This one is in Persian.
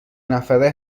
نفره